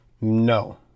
No